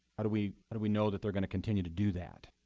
how do we but do we know that they're going to continue to do that?